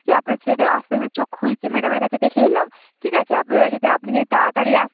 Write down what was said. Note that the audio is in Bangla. আপনার ছেলেটা আস্তে আস্তে চোখ খুলছে ম্যাডামের কাছে দেখে এলাম ঠিক আছে আপনারা যদি আপনি যদি তাড়াতাড়ি আসতেন